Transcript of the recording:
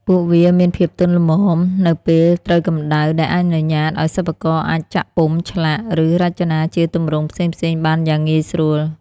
ពួកវាមានភាពទន់ល្មមនៅពេលត្រូវកម្ដៅ ដែលអនុញ្ញាតឲ្យសិប្បករអាចចាក់ពុម្ព ឆ្លាក់ ឬរចនាជាទម្រង់ផ្សេងៗបានយ៉ាងងាយស្រួល។